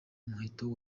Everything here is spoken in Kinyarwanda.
umuheto